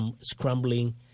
scrambling